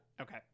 okay